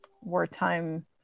wartime